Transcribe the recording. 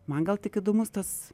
man gal tik įdomus tas